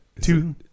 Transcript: two